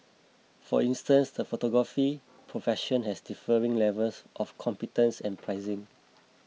for instance the photography profession has differing levels of competence and pricing